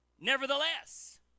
Nevertheless